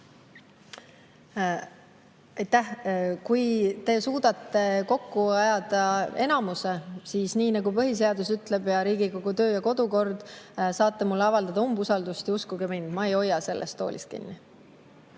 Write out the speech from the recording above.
Kui te suudate kokku ajada enamuse, siis nii nagu põhiseadus ning Riigikogu töö‑ ja kodukord ütlevad, saate mulle avaldada umbusaldust. Uskuge mind, ma ei hoia sellest toolist kinni.